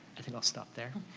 i think i'll stop there.